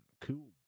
Cool